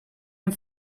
amb